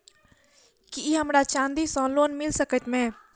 की हमरा चांदी सअ लोन मिल सकैत मे?